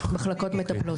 מחלקות מטפלות.